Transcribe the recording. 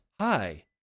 hi